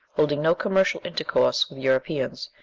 holding no commercial intercourse with europeans,